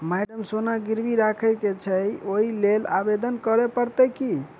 Madam सोना गिरबी राखि केँ छैय ओई लेल आवेदन करै परतै की?